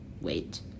Wait